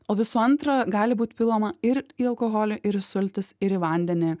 o visų antra gali būt pilama ir į alkoholį ir sultis ir į vandenį